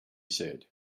said